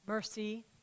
Mercy